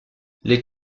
les